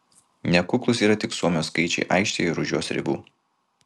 nekuklūs yra tik suomio skaičiai aikštėje ir už jos ribų